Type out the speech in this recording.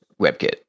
WebKit